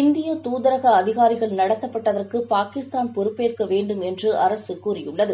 இந்தியதூதரகஅதிகாரிகளைநடத்தப்பட்டத்றகுபொறுப்பேற்கவேண்டும் என்றுஅரசுகூறியுள்ளது